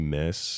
miss